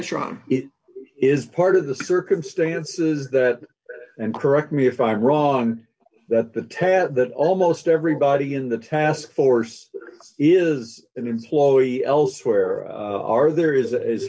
it is part of the circumstances that and correct me if i'm wrong that the tab that almost everybody in the task force is an employee elsewhere or are there is